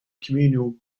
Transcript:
communal